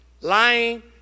lying